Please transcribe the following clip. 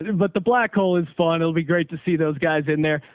and but the black hole is fun. it'll be great to see those guys in there.